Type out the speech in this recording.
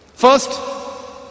First